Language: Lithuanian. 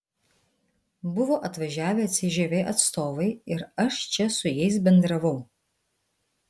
buvo atvažiavę cžv atstovai ir aš čia su jais bendravau